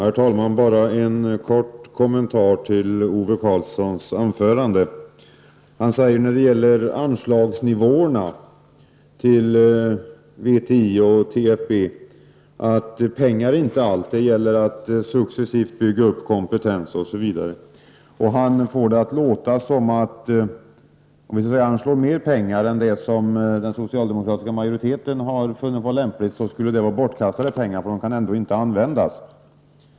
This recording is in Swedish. Herr talman! Bara en kort kommentar till Ove Karlssons anförande. Han säger när det gäller nivåerna på anslag till VTI och TFB att pengar inte är allt. Han säger att det gäller att successivt bygga upp kompetensen osv. Han får det att låta som om det skulle vara bortkastade pengar, om man anslog mer pengar än vad den socialdemokratiska majoriteten har funnit lämpligt. De kan ändå inte användas.